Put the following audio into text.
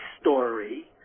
story